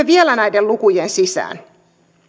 vielä näiden lukujen sisään